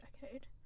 decade